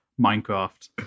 Minecraft